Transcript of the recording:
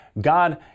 God